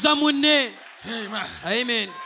Amen